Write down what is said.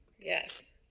Yes